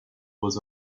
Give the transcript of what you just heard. was